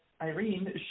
Irene